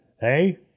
Hey